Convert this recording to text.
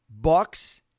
Bucks